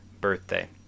birthday